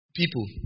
people